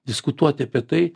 diskutuoti apie tai